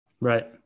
Right